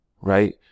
right